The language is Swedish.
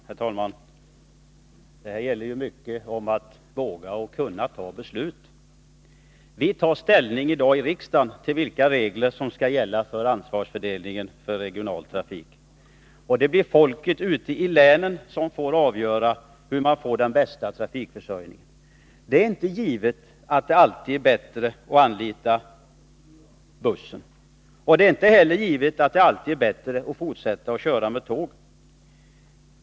Herr talman! Det här gäller mycket att våga och kunna fatta beslut. Vi tar i dag i riksdagen ställning till vilka regler som skall gälla för ansvarsfördelningen beträffande regional trafik. Det blir folk ute i länen som får avgöra hur man får den bästa trafikförsörjningen. Det är inte givet att det alltid är bättre att anlita bussar, och det är inte heller givet att det alltid är bättre att fortsätta köra med tåg.